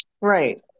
Right